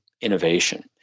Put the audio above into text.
innovation